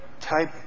type